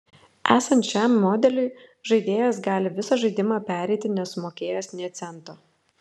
esant šiam modeliui žaidėjas gali visą žaidimą pereiti nesumokėjęs nė cento